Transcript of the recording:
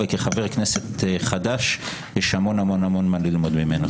וכחבר כנסת חדש יש המון המון המון מה ללמוד ממנו.